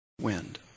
wind